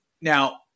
now